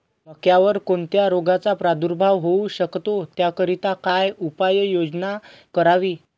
मक्यावर कोणत्या रोगाचा प्रादुर्भाव होऊ शकतो? त्याकरिता काय उपाययोजना करावी?